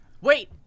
Wait